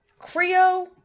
Creo